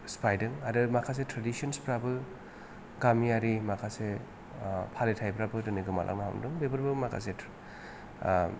सिफायदों आरो माखासे ट्रेदिसनस फ्राबो गामियारि माखासे फारिथायफ्राबो दिनै गोमालांनो हमदों बेफेरबो माखासे